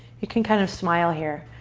you can kind of smile here,